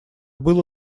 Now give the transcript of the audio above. было